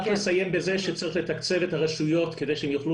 אז אני רק אסיים בזה שצריך לתקצב את הרשויות כדי שהם יוכלו